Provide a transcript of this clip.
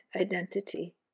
identity